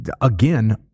again